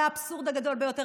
והאבסורד הגדול ביותר,